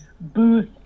booth